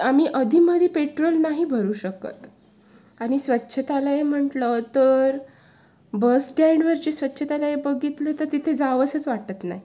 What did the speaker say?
आम्ही अधेमध्ये पेट्रोल नाही भरू शकत आणि स्वच्छतालय म्हटलं तर बस स्टँडवरचे स्वच्छतालय बघितले तर तिथे जावंसंच वाटत नाही